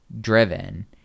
driven